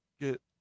get